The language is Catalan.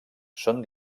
són